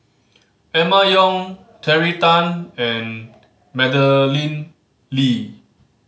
Emma Yong Terry Tan and Madeleine Lee